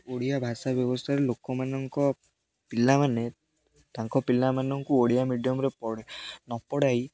ଓଡ଼ିଆ ଭାଷା ବ୍ୟବସ୍ଥାରେ ଲୋକମାନଙ୍କ ପିଲାମାନେ ତାଙ୍କ ପିଲାମାନଙ୍କୁ ଓଡ଼ିଆ ମିଡ଼ିୟମ୍ରେ ନ ପଢ଼ାଇ